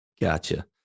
Gotcha